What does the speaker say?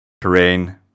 terrain